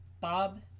Bob